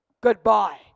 Goodbye